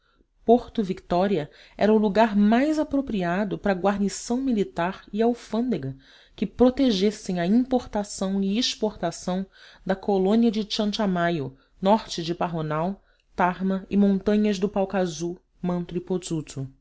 porto vitória era o lugar mais apropriado para a guarnição militar e alfândega que protegessem a importação e exportação da colônia de chanchamayo norte de pajonal tarma e montaas do palcazu matro e